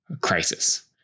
crisis